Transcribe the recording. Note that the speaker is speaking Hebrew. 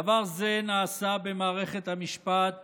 דבר זה נעשה במערכת המשפט